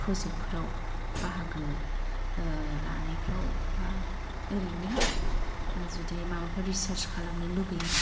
प्रजेक्टफ्राव बाहागो लानायफ्राव बा एरैनो जदि माबाफोर रिसार्च खालायनो लुगैयोब्ला